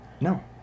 No